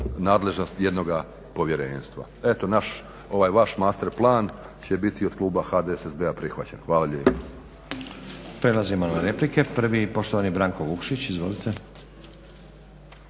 nadležnost jednoga povjerenstva. Eto, ovaj vaš master plan će biti od kluba HDSSB-a prihvaćen. Hvala lijepo.